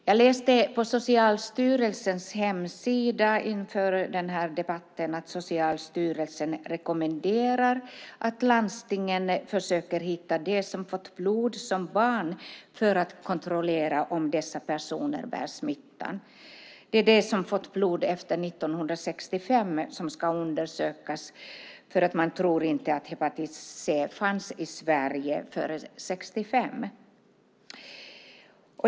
Jag läste på Socialstyrelsens hemsida inför debatten att Socialstyrelsen rekommenderar att landstingen försöker hitta dem som har fått blod som barn för att kontrollera om dessa personer bär på smittan. Det är de som fått blod efter 1965 som ska undersökas; man tror inte att hepatit C fanns i Sverige före 1965.